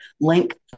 link